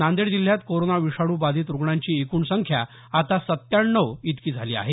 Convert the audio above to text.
नांदेड जिल्ह्यात कोरोना विषाणू बाधित रूग्णांची एकूण संख्या आता सत्त्याण्णव इतकी झाली आहे